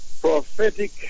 prophetic